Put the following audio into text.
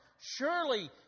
Surely